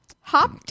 Hop